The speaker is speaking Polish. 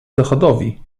zachodowi